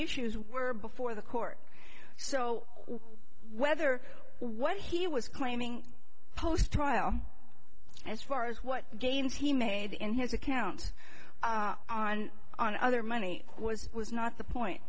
issues were before the court so whether what he was claiming post trial as far as what games he made in his account on on other money was was not the point